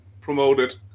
promoted